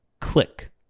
click